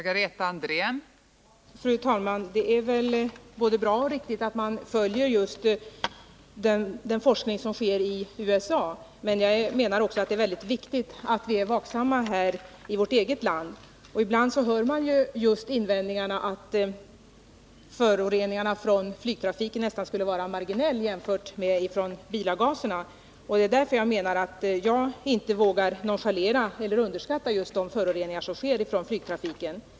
Fru talman! Det är väl bra och riktigt att följa forskningen i USA. Jag menar också att det är synnerligen viktigt att vi är vaksamma i vårt eget land. Ibland hör man invändningen att föroreningarna från flygtrafiken skulle vara nästan marginella jämfört med föroreningarna från bilavgaserna. Jag vågar dock inte nonchalera föroreningarna från flygtrafiken.